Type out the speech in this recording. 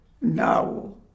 now